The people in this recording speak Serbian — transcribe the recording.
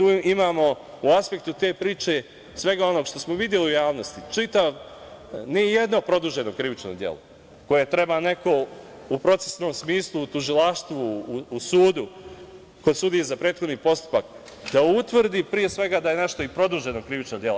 U aspektu te priče imamo svega onog što smo videlu u javnosti, ne jedno produženo krivično delo, koje treba neko u procesnom smislu, u tužilaštvu, u sudu, kod sudije za prethodni postupak da utvrdi, pre svega, da je nešto i produženo krivično delo.